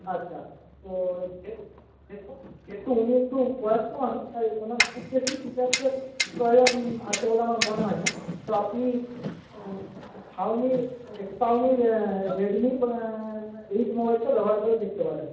আচ্ছা তো যেহেতু যেহেতু উনি একটু বয়স্ক মানুষ তাই ওনার খুব বেশি ফিচার্সের প্রয়োজন আছে বলে আমার মনে হয় না তো আপনি শাওমির শাওমির রেডমি এইট মোবাইলটা ব্যবহার করে দেখতে পারেন